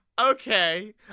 okay